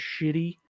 shitty